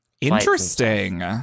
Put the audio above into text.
Interesting